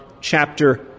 chapter